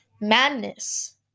madness